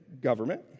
government